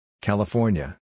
California